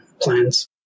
plans